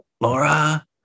Laura